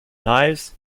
knives